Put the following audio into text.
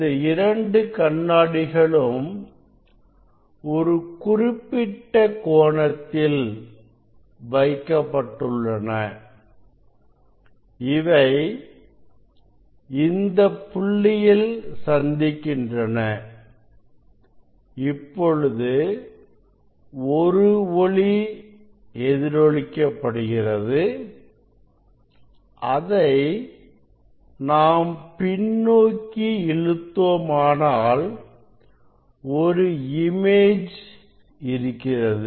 இந்த இரண்டு கண்ணாடிகளும் ஒரு குறிப்பிட்ட கோணத்தில் வைக்கப்பட்டுள்ளன இவை இந்த புள்ளியில் சந்திக்கின்றன இப்பொழுது ஒரு ஒளி எதிரொலிக்க படுகிறது அதை நாம் பின்னோக்கி இழுத்தோம் ஆனால் ஒரு இமேஜ் இருக்கிறது